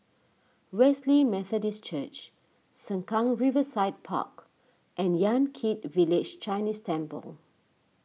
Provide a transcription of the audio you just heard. Wesley Methodist Church Sengkang Riverside Park and Yan Kit Village Chinese Temple